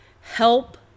help